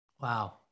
Wow